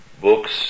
books